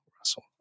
Russell